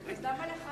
אז למה לך,